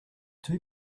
two